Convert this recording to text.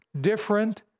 different